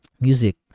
music